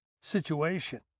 situation